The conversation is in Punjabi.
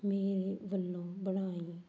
ਮੇਰੇ ਵੱਲੋਂ ਬਣਾਈ